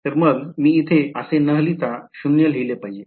तर मग मी इथे असे न लिहिता शून्य लिहिले पाहिजे